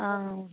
অঁ